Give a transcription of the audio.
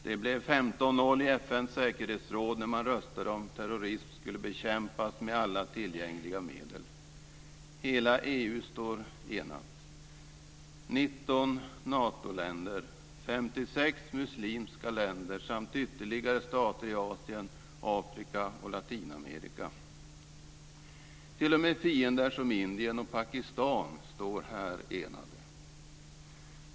Det blev 15-0 i FN:s säkerhetsråd när man röstade om terrorism skulle bekämpas med alla tillgängliga medel. Hela EU står enat. 19 Natoländer, 56 muslimska länder samt ytterligare stater i Asien, Afrika och Latinamerika och t.o.m. fiender som Indien och Pakistan står här enade.